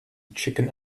chicken